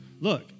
Look